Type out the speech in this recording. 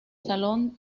salón